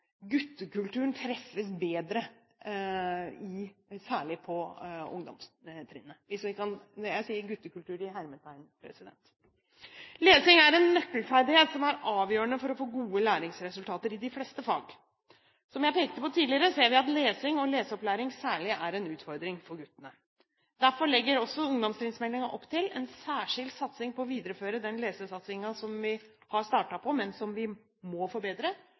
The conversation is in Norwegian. treffes bedre særlig på ungdomstrinnet. Jeg sier guttekulturen i hermetegn. Lesing er en nøkkelferdighet som er avgjørende for å få gode læringsresultater i de fleste fag. Som jeg pekte på tidligere, ser vi at lesing, og leseopplæring særlig, er en utfordring for guttene. Derfor legger også ungdomstrinnsmeldingen opp til en særskilt satsing på å videreføre den lesesatsingen som vi har startet på, men som vi må forbedre,